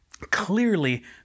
clearly